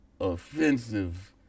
offensive